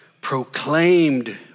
Proclaimed